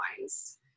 wines